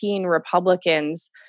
Republicans